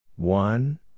One